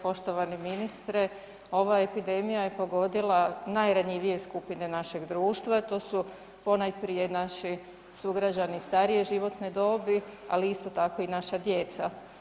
Poštovani ministre, ova epidemija je pogodila najranjivije skupine našeg društva, to su ponajprije naši sugrađani starije životne dobi ali isto tako i naša djeca.